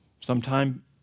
sometime